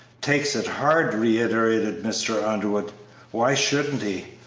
takes it hard! reiterated mr. underwood why shouldn't he.